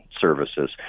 services